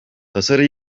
tasarı